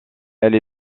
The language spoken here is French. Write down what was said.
elle